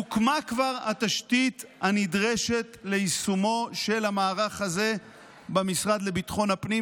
הוקמה כבר התשתית הנדרשת ליישומו של המערך הזה במשרד לביטחון הפנים,